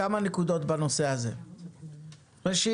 כמה נקודות בנושא הזה: ראשית,